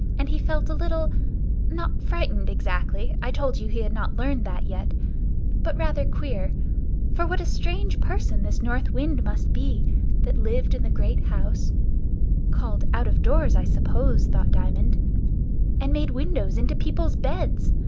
and he felt a little not frightened exactly i told you he had not learned that yet but rather queer for what a strange person this north wind must be that lived in the great house called out-of-doors, i suppose, thought diamond and made windows into people's beds!